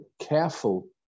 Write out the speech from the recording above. careful